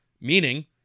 Meaning